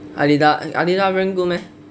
adidas adidas brand good meh